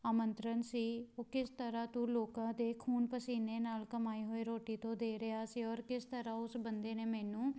ਆਮੰਤ੍ਰਨ ਸੀ ਉਹ ਕਿਸ ਤਰ੍ਹਾਂ ਤੂੰ ਲੋਕਾਂ ਦੇ ਖੂਨ ਪਸੀਨੇ ਨਾਲ ਕਮਾਈ ਹੋਈ ਰੋਟੀ ਤੋਂ ਦੇ ਰਿਹਾ ਸੀ ਔਰ ਕਿਸ ਤਰ੍ਹਾਂ ਉਸ ਬੰਦੇ ਨੇ ਮੈਨੂੰ